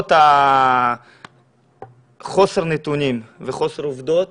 למרות חוסר נתונים וחוסר עובדות